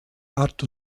art